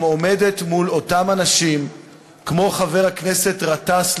עומדת מול אותם אנשים כמו חבר הכנסת גטאס,